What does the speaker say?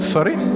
Sorry